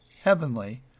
heavenly